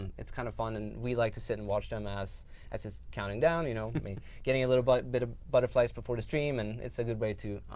and it's kind of fun and we like to sit and watch them as as it's counting down you know i mean getting a little bit bit of butterflies before the stream and it's a good way to